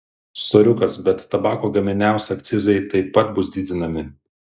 soriukas bet tabako gaminiams akcizai taip pat bus didinami